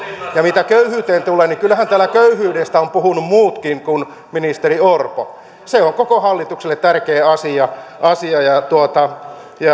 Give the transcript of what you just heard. ja mitä köyhyyteen tulee niin kyllähän täällä köyhyydestä ovat puhuneet muutkin kuin ministeri orpo se on koko hallitukselle tärkeä asia asia ja